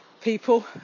people